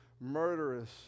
murderous